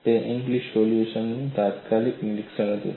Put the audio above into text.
તે ઇંગ્લિસ સોલ્યુશનનું તાત્કાલિક નિરીક્ષણ હતું